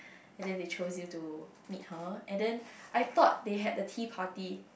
and then they chose you to meet her and then I thought they had the tea party